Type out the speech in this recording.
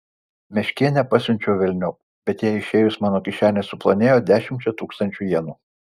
meškėnę pasiunčiau velniop bet jai išėjus mano kišenė suplonėjo dešimčia tūkstančių jenų